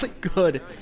good